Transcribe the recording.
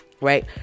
Right